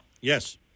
yes